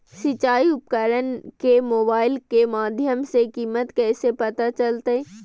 सिंचाई उपकरण के मोबाइल के माध्यम से कीमत कैसे पता चलतय?